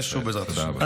תודה רבה.